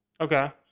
Okay